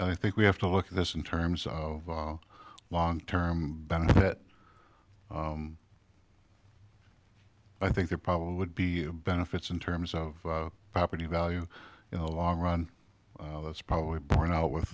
and i think we have to look at this in terms of long term benefit i think there probably would be benefits in terms of property value in the long run that's probably borne out with